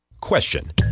Question